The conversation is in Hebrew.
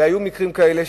והיו מקרים כאלה,